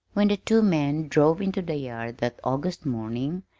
when the two men drove into the yard that august morning,